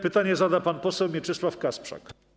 Pytanie zada pan poseł Mieczysław Kasprzak.